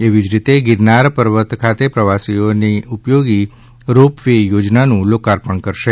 એવી જ રીતે ગીરનાર પર્વત ખાતે પ્રવાસીઓને ઉપયોગી રોપ વે યોજનાનું લોકાર્પણ કરાશે